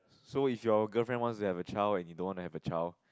so if your girlfriend wants to have a child and you don't want to have a child